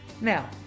Now